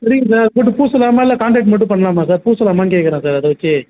புரியிது சார் போட்டு பூசலாமா இல்லை கான்க்ரீட் மட்டும் பண்ணலாமா சார் பூசலாமான்னு கேட்குறேன் சார் அதை வச்சு